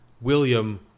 William